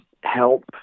help